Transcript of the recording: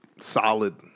solid